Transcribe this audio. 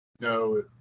No